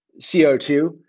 CO2